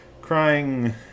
crying